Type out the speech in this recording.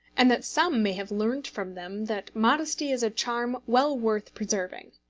and that some may have learned from them that modesty is a charm well worth preserving.